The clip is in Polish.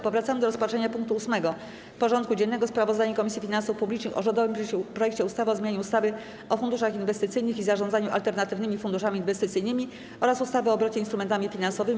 Powracamy do rozpatrzenia punktu 8. porządku dziennego: Sprawozdanie Komisji Finansów Publicznych o rządowym projekcie ustawy o zmianie ustawy o funduszach inwestycyjnych i zarządzaniu alternatywnymi funduszami inwestycyjnymi oraz ustawy o obrocie instrumentami finansowymi.